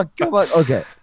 okay